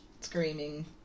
screaming